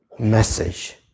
Message